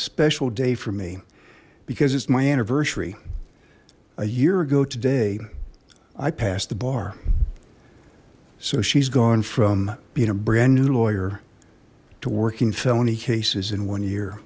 special day for me because it's my anniversary a year ago today i passed the bar so she's gone from being a brand new lawyer to working felony cases in one year